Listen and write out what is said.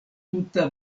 tuta